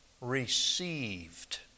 Received